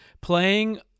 playing